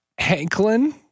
Hanklin